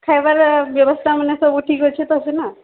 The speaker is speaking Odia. ଖାଏବାର୍ ବ୍ୟବସ୍ଥା ମାନେ ସବୁ ଠିକ୍ ଅଛେ ତ ସେନ